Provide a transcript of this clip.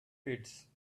pits